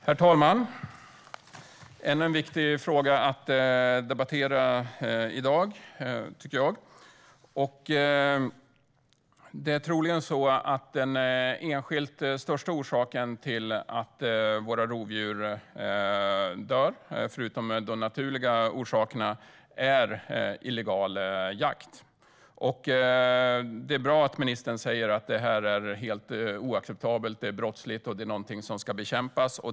Herr talman! Detta är ännu en viktig fråga att debattera i dag. Den enskilt största orsaken till att våra rovdjur dör är, förutom naturliga orsaker, troligen illegal jakt. Det är bra att ministern säger att det är oacceptabelt, brottsligt och någonting som ska bekämpas.